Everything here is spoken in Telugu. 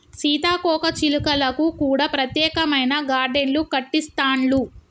సీతాకోక చిలుకలకు కూడా ప్రత్యేకమైన గార్డెన్లు కట్టిస్తాండ్లు